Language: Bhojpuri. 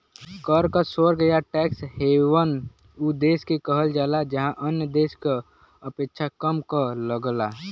कर क स्वर्ग या टैक्स हेवन उ देश के कहल जाला जहाँ अन्य देश क अपेक्षा कम कर लगला